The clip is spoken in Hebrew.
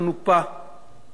הרבה יותר אמין,